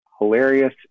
hilarious